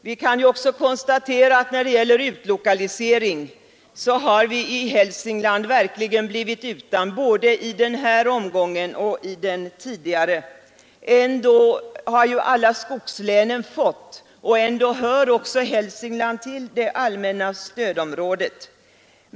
Vi kan också konstatera att Hälsingland inte har tilldelats någon statlig verksamhet vare sig i den här omgången av omlokaliseringen eller i den tidigare etappen. Till alla skogslänen har något statligt verk lokaliserats, och Hälsingland hör dock till det allmänna stödområdet.